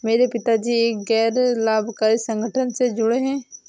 मेरे पिता एक गैर लाभकारी संगठन से जुड़े हैं